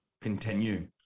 Continue